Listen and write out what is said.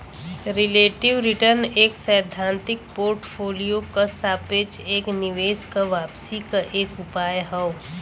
relative return एक सैद्धांतिक portfolio क सापेक्ष एक निवेश क वापसी क एक उपाय हौ